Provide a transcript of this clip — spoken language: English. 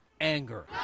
anger